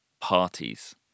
parties